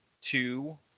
two